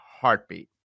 heartbeat